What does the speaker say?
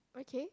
okay